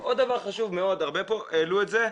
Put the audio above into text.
עוד דבר חשוב מאוד, הרבה פה העלו את זה,